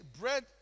bread